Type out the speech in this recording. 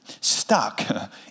stuck